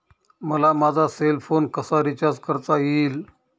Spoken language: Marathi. मला माझा सेल फोन कसा रिचार्ज करता येईल?